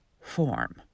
form